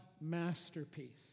masterpiece